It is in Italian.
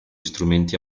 strumenti